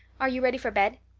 are you ready for bed?